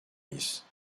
miyiz